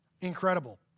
Incredible